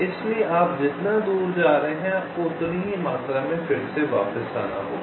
इसलिए आप जितना दूर जा रहे हैं आपको उतनी ही मात्रा में फिर से वापस आना होगा